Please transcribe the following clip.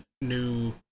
new